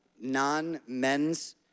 non-men's